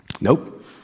Nope